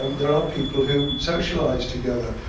and there are people who socialise together,